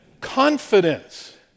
confidence